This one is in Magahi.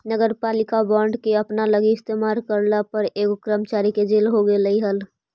नगरपालिका बॉन्ड के अपना लागी इस्तेमाल करला पर एगो कर्मचारी के जेल हो गेलई हल